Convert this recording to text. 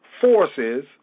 forces